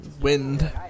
wind